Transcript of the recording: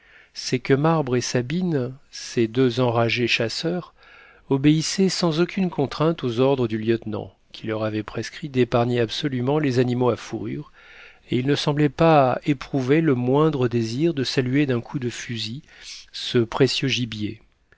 c'est que marbre et sabine ces deux enragés chasseurs obéissaient sans aucune contrainte aux ordres du lieutenant qui leur avait prescrit d'épargner absolument les animaux à fourrures et ils ne semblaient pas éprouver le moindre désir de saluer d'un coup de fusil ce précieux gibier